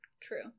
True